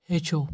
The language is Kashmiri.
ہیٚچھِو